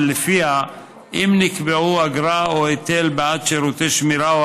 שלפיה אם נקבעו אגרה או היטל בעד שירותי שמירה או